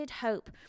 hope